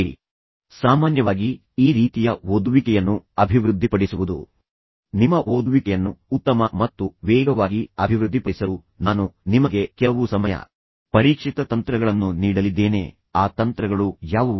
ಈಗ ನಿಮ್ಮಲ್ಲಿ ವಿಶೇಷವಾಗಿ ಮತ್ತು ಸಾಮಾನ್ಯವಾಗಿ ಈ ರೀತಿಯ ಓದುವಿಕೆಯನ್ನು ಅಭಿವೃದ್ಧಿಪಡಿಸುವುದು ನಿಮ್ಮ ಓದುವಿಕೆಯನ್ನು ಉತ್ತಮ ಮತ್ತು ವೇಗವಾಗಿ ಅಭಿವೃದ್ಧಿಪಡಿಸಲು ನಾನು ನಿಮಗೆ ಕೆಲವು ಸಮಯ ಪರೀಕ್ಷಿತ ತಂತ್ರಗಳನ್ನು ನೀಡಲಿದ್ದೇನೆ ಆ ತಂತ್ರಗಳು ಯಾವುವು